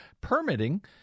permitting